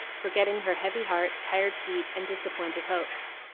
forgetting her heavy heart, tired feet, and disappointed hopes.